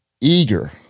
eager